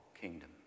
kingdom